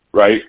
right